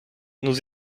nous